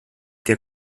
der